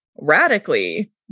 radically